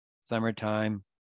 summertime